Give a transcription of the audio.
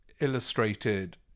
illustrated